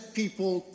people